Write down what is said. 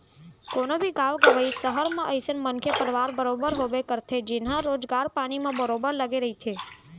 कोनो भी गाँव गंवई, सहर म अइसन मनखे परवार बरोबर होबे करथे जेनहा रोजगार पानी म बरोबर लगे रहिथे